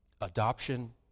Adoption